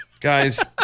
Guys